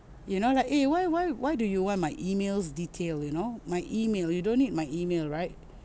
you know like eh why why why do you want my emails detail you know my email you don't need my email right